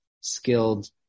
skilled